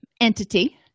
entity